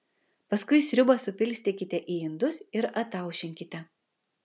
paskui sriubą supilstykite į indus ir ataušinkite